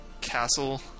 castle